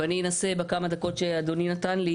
ואני אנסה בכמה דקות שאדוני נתן לי,